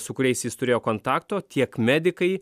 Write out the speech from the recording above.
su kuriais jis turėjo kontakto tiek medikai